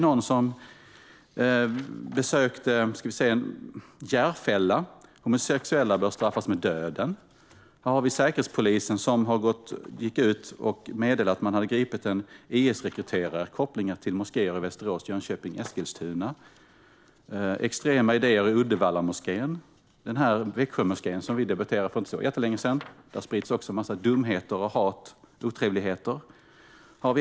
Någon som besökte Järfälla menar att homosexuella bör straffas med döden. Säkerhetspolisen gick ut och meddelade att man gripit en IS-rekryterare med kopplingar till moskéer i Västerås, Jönköping och Eskilstuna. Extrema idéer sprids i Uddevallamoskén. I Växjömoskén, som vi debatterade för inte jättelänge sedan, sprids också en massa dumheter, hat och otrevligheter.